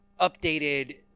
updated